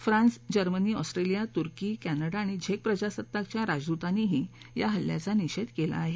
France Germany Australia तुर्की Canada आणि झेक प्रजासत्ताकच्या राजदूतांनीही या हल्ल्याचा निषेध केला आहे